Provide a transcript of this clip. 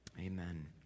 Amen